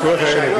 זכויות הילד.